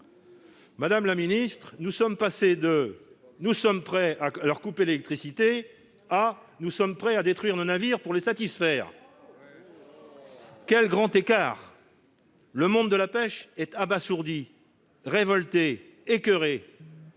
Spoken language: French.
Madame la ministre, nous sommes passés de « nous sommes prêts à leur couper l'électricité » à « nous sommes prêts à détruire nos navires pour les satisfaire ». Quel grand écart ! Le monde de la pêche est abasourdi, révolté, écoeuré